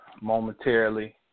momentarily